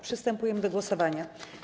Przystępujemy do głosowania.